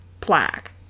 plaque